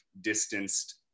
distanced